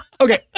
Okay